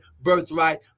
birthright